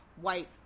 white